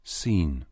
seen